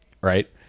right